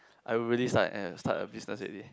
I will really start and start a business already